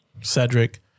Cedric